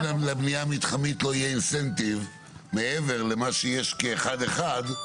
אבל אם לבנייה המתחמית לא יהיה אינסנטיב מעבר למה שיש כאחד אחד?